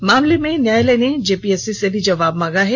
इस मामले में न्यायालय ने जेपीएससी से जवाब मांगा है